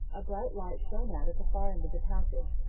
a bright light shone out at the far end of the passage,